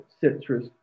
citrus